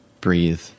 breathe